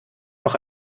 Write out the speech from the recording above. noch